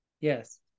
Yes